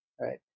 right